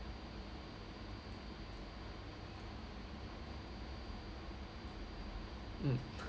mm